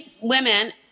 women –